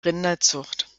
rinderzucht